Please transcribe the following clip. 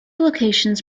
locations